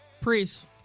priest